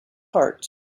heart